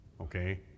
Okay